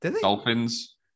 Dolphins